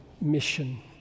mission